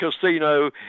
Casino